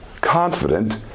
confident